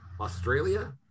Australia